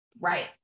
right